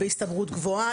והסתברות גבוהה,